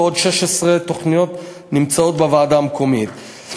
ועוד 16 תוכניות נמצאות בוועדה המקומית.